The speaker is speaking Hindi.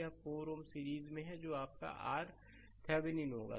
यह 4 Ω सीरीज में है जो आपका RThevenin होगा